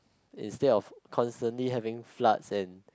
instead of constantly having floods and